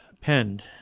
penned